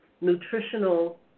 nutritional